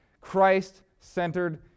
Christ-centered